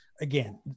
Again